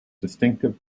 distinctive